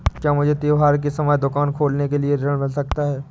क्या मुझे त्योहार के समय दुकान खोलने के लिए ऋण मिल सकता है?